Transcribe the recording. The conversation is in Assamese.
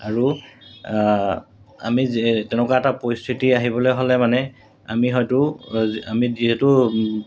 আৰু আমি যে তেনেকুৱা এটা পৰিস্থিতি আহিবলৈ হ'লে মানে আমি হয়তো আমি যিহেতু